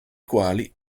quali